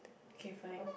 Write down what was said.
okay fine